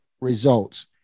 results